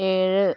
ഏഴ്